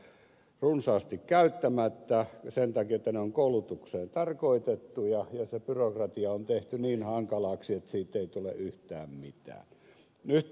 niitä tahtoo väkisellään jäädä runsaasti käyttämättä sen takia että ne ovat koulutukseen tarkoitettuja ja se byrokratia on tehty niin hankalaksi että siitä ei tule yhtään mitään